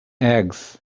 eggs